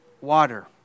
water